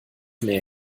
meer